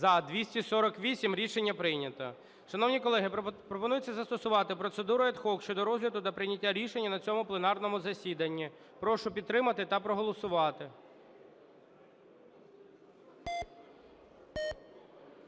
За-248 Рішення прийнято. Шановні колеги, пропонується застосувати процедуру ad hoc щодо розгляду та прийняття рішення на цьому пленарному засіданні. Прошу підтримати та проголосувати.